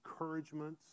encouragements